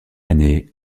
année